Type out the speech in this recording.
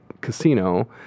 casino